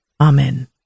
Amen